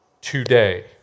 today